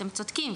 אתם צודקים,